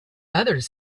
others